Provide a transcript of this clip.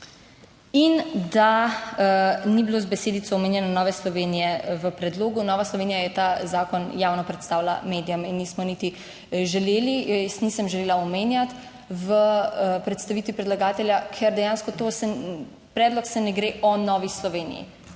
In da ni bilo z besedico omenjene Nove Slovenije v predlogu. Nova Slovenija je ta zakon javno predstavila medijem in nismo niti želeli, jaz nisem želela omenjati v predstavitvi predlagatelja, ker dejansko to, predlog se ne gre o Novi Sloveniji.